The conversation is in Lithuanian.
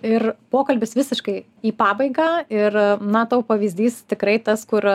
ir pokalbis visiškai į pabaigą ir na tavo pavyzdys tikrai tas kur